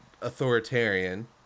authoritarian